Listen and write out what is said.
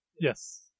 Yes